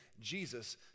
Jesus